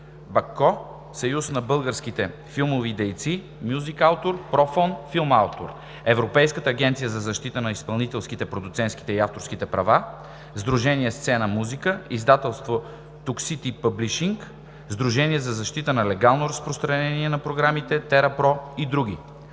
(БАККО), Съюза на българските филмови дейци, „Музикаутор“, „Профон“, „Филмаутор“, Европейската агенция за защита на изпълнителските, продуцентските и авторските права (ЕАЗИПА), Сдружение „Сцена музика“, издателство „Токсити Пъблишинг”, Сдружение за защита на легалното разпространение на програми „ТеРаПро“ и други.